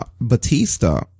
batista